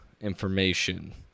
information